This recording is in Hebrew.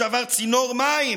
אבסורד,